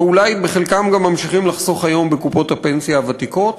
ואולי חלקם גם ממשיכים לחסוך היום בקופות הפנסיה הוותיקות,